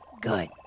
Good